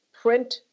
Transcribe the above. print